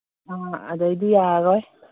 ꯑꯥ ꯑꯗꯒꯤꯗꯤ ꯌꯥꯔꯔꯣꯏ